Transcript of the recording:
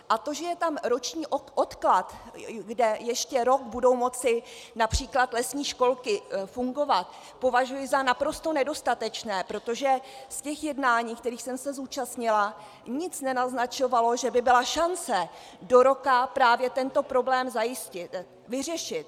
A to, že je tam roční odklad, kde ještě rok budou moci například lesní školky fungovat, považuji za naprosto nedostatečné, protože z jednání, kterých jsem se zúčastnila, nic nenaznačovalo, že by byla šance do roka právě tento problém zajistit, vyřešit.